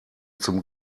zum